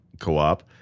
co-op